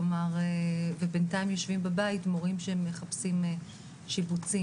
ובינתיים יושבים בבית מורים שמחפשים שיבוצים,